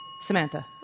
Samantha